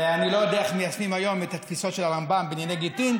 ואני לא יודע איך מיישמים היום את התפיסות של הרמב"ם בענייני גיטין,